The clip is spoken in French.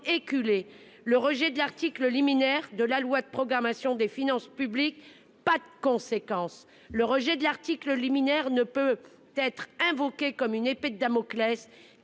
Le rejet de l'article liminaire de la loi de programmation des finances publiques, pas de conséquences, le rejet de l'article liminaire ne peut être invoquée comme une épée de Damoclès